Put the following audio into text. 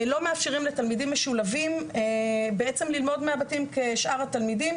לא מאפשרים לתלמידים משולבים ללמוד מהבתים כשאר התלמידים